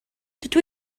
dydw